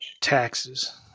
Taxes